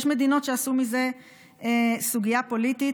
יש מדינות שעשו מזה סוגיה פוליטית.